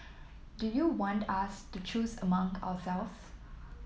do you want us to choose among ourselves